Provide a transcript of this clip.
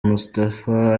moustapha